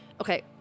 Okay